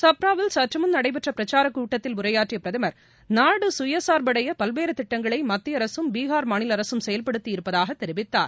சப்ராவில் சற்றுமுன் நடைபெற்ற பிரச்சாரக் கூட்டத்தில் உரையாற்றிய பிரதமர் நாடு கயசார்பு அடைய பல்வேறு திட்டங்களை மத்திய அரசும் பீஹார் மாநில அரசும் செயல்படுத்தி இருப்பதாக தெரிவித்தார்